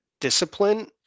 discipline